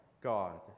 God